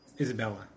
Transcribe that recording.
Isabella